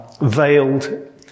veiled